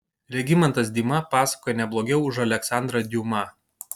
regimantas dima pasakoja ne blogiau už aleksandrą diuma